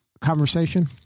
conversation